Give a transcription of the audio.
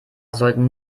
sollten